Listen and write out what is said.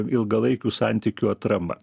ilgalaikių santykių atrama